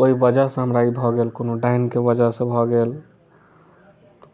ओहि वजह सँ हमरा ई भऽ गेल कोनो डायन के वजह सँ भऽ गेल